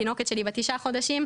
התינוקת שלי בת תשעה חודשים,